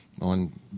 on